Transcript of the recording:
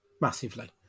massively